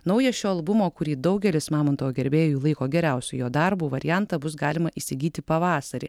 naują šio albumo kurį daugelis mamontovo gerbėjų laiko geriausiu jo darbu variantą bus galima įsigyti pavasarį